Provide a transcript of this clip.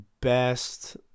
best